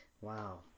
Wow